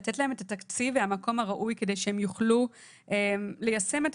לתת להן את התקציב והמקום הראוי על מנת שהם יוכלו ליישם את